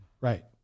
Right